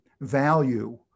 value